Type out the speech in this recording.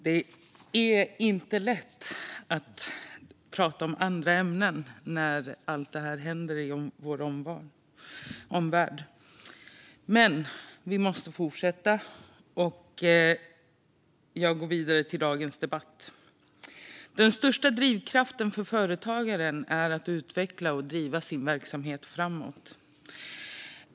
Det är inte lätt att prata om andra ämnen när allt detta händer i vår omvärld. Men vi måste fortsätta, och jag går därför vidare till ämnet för dagens debatt. Den största drivkraften för företagaren är att utveckla och driva sin verksamhet framåt.